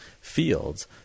fields